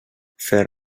fer